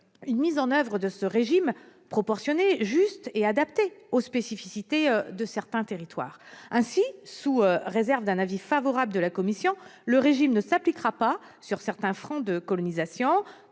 une mise en oeuvre de ce régime proportionnée, juste et adaptée aux spécificités de certains territoires. Ainsi, sous réserve d'un avis favorable de la Commission européenne, le régime ne s'appliquera pas sur certains fronts de colonisation,